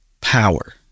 power